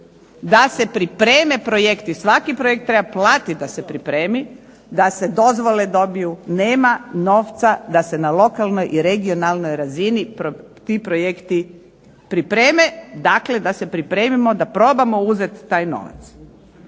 da se pripreme projekti. Svaki projekt treba platit da se pripremi, da se dozvole dobiju. Nema novca da se na lokalnoj i regionalnoj razini ti projekti pripreme, dakle da se pripremimo da probamo uzeti taj novac.